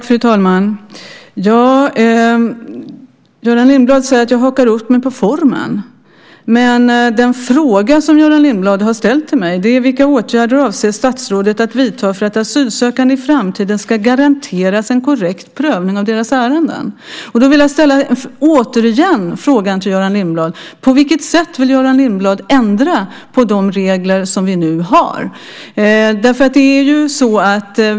Fru talman! Göran Lindblad säger att jag hakar upp mig på formen. Men den fråga som Göran Lindblad har ställt till mig är: Vilka åtgärder avser statsrådet att vidta för att asylsökande i framtiden ska garanteras en korrekt prövning av sina ärenden? Jag vill återigen ställa frågan till Göran Lindblad: På vilket sätt vill Göran Lindblad ändra på de regler som vi nu har?